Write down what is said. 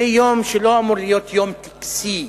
שזה יום שלא אמור להיות יום טקסי,